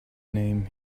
name